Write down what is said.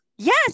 Yes